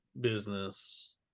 business